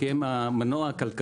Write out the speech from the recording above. כי הם גם המנוע הכלכלי,